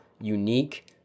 unique